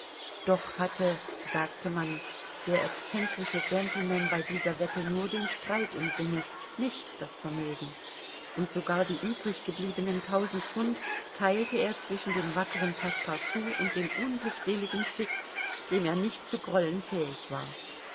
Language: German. doch hatte sagte man der excentrische gentleman bei dieser wette nur den streit im sinne nicht das vermögen und sogar die übriggebliebenen tausend pfund theilte er zwischen dem wackeren passepartout und dem unglückseligen fix dem er nicht zu grollen fähig war